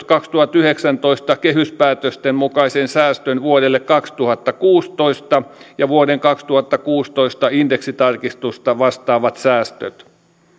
kaksituhattayhdeksäntoista kehyspäätösten mukaisen säästön vuodelle kaksituhattakuusitoista ja vuoden kaksituhattakuusitoista indeksitarkistusta vastaavat säästöt